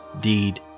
deed